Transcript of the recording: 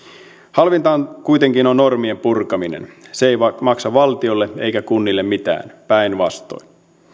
halvinta kuitenkin on normien purkaminen se ei maksa valtiolle eikä kunnille mitään päinvastoin